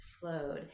flowed